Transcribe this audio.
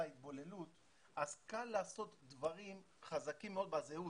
התבוללות אז קל לעשות דברים חזקים מאוד בזהות.